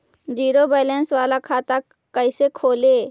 Zero balance बाला खाता कैसे खोले?